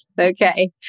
Okay